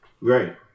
right